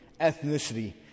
ethnicity